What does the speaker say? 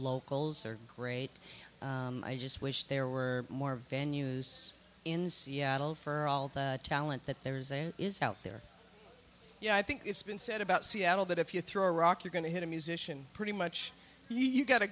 locals are great i just wish there were more van use in seattle for all the talent that there is out there yeah i think it's been said about seattle that if you throw a rock you're going to hit a musician pretty much you've got a